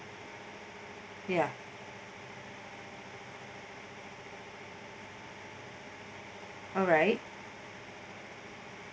ya alright